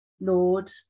Lord